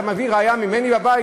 אז אתה מביא ראיה ממני בבית?